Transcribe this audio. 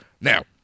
Now